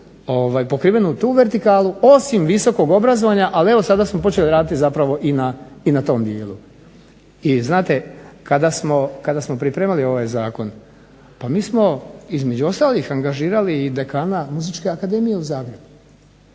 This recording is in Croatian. pokrivenu tu vertikalu, osim visokog obrazovanja, ali evo sada smo počeli raditi zapravo i na tom dijelu. I znate, kada smo pripremali ovaj zakon pa mi smo između ostalih angažirali i dekana Muzičke akademije u Zagrebu